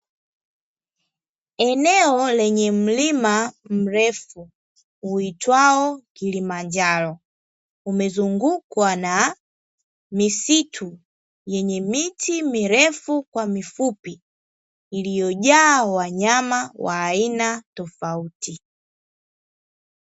Eneo lenye mlima mrefu uitwao Kilimanjaro. Umezungukwa na misitu yenye miti mirefu kwa mifupi iliyojaa wanyama wa aina tofauti.